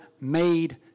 made